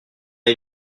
est